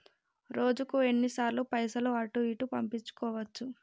రోజుకు ఎన్ని సార్లు పైసలు అటూ ఇటూ పంపించుకోవచ్చు?